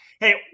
Hey